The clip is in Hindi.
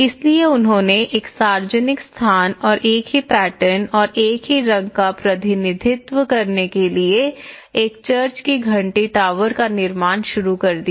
इसलिए उन्होंने एक सार्वजनिक स्थान और एक ही पैटर्न और एक ही रंग का प्रतिनिधित्व करने के लिए एक चर्च की घंटी टॉवर का निर्माण शुरू किया